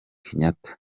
kenyatta